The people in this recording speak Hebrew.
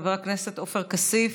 חבר הכנסת עופר כסיף,